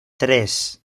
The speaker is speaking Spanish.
tres